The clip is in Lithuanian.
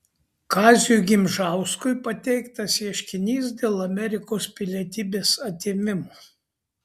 kaziui gimžauskui pateiktas ieškinys dėl amerikos pilietybės atėmimo